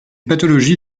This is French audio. pathologie